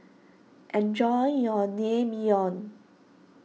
enjoy your Naengmyeon